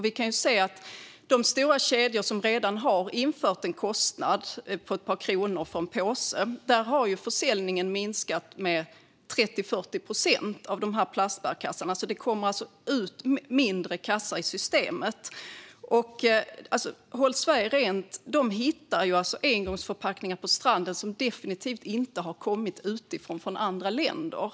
Vi kan se att hos de stora kedjor som redan har infört en kostnad på ett par kronor för en påse har försäljningen av plastkassarna minskat med 30-40 procent. Det kommer alltså ut färre kassar i systemet. Håll Sverige Rent hittar engångsförpackningar på stranden som definitivt inte har kommit utifrån från andra länder.